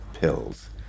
pills